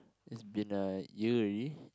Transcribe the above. it's been a year already